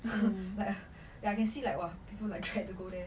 like can see like !wah! people like tried to go there